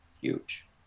huge